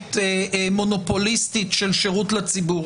רשת מונופוליסטית של שירות לציבור.